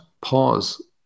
pause